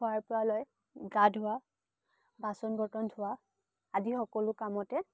খোৱাৰ পৰা লৈ গা ধোৱা বাচন বৰ্তন ধোৱা আদি সকলো কামতে